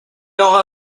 aura